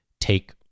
take